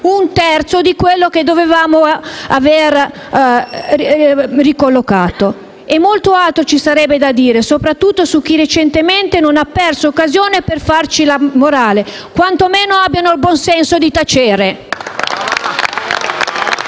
Un terzo di quello che dovevamo aver ricollocato. E molto altro ci sarebbe da dire, soprattutto su chi recentemente non ha perso occasione per farci la morale. Quanto meno abbiano il buon senso di tacere!